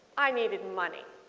i needed money.